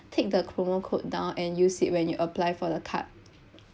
take the promo code down and use it when you apply for the card